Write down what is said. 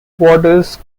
borders